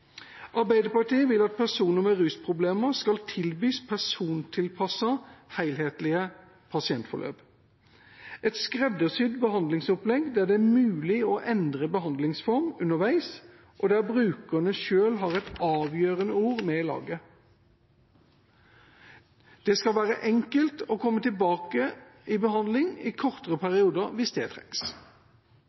Arbeiderpartiet vil at personer med rusproblemer skal tilbys persontilpassede og helhetlige pasientforløp – et skreddersydd behandlingsopplegg der det er mulig å endre behandlingsform underveis, og der brukerne selv har et avgjørende ord med i laget. Det skal være enkelt å komme tilbake i behandling i kortere perioder hvis det trengs.